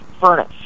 furnace